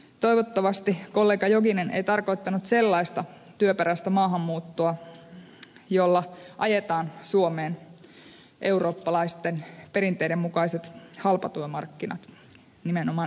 toivottavasti kollega jokinen ei tarkoittanut sellaista työperäistä maahanmuuttoa jolla ajetaan suomeen eurooppalaisten perinteiden mukaiset halpatyömarkkinat nimenomaan eteläeurooppalaiset